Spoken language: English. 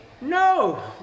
No